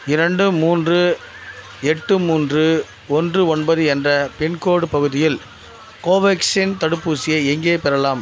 இரண்டு மூன்று எட்டு மூன்று ஒன்று ஒன்பது என்ற பின்கோட் பகுதியில் கோவேக்சின் தடுப்பூசியை எங்கே பெறலாம்